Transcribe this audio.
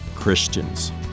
Christians